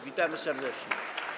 Witamy serdecznie.